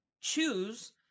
choose